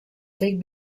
tek